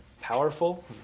powerful